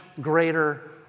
greater